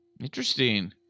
Interesting